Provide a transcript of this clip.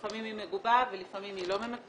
לפעמים היא מגובה ולפעמים היא לא מגובה,